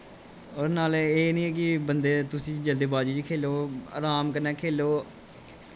ओह्दे कन्नै एह् निं ऐ कि बंदे तुस जल्दबाजी च खेलो र्हाम कन्नै खेलो